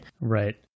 right